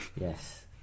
Yes